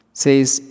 says